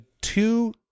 two